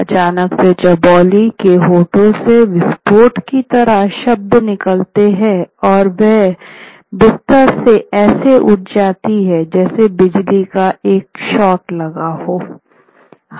अचानक से चौबोली के होंठों से विस्फोट की तरह शब्द निकलते हैं और ह बिस्तर से ऐसे उठ जाती है जैसे बिजली का एक शॉट लगा हो